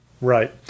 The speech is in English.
Right